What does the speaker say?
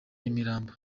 nyamirambo